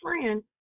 friend